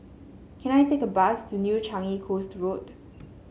can I take a bus to New Changi Coast Road